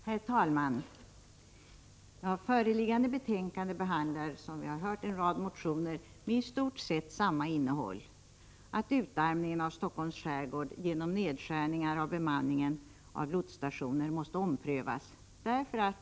Herr talman! Föreliggande betänkande behandlar, som vi har hört, en rad motioner med i stort sett samma innehåll, nämligen att utarmningen av Stockholms skärgård genom nedskärningar av bemanningen på lotsstationer måste omprövas.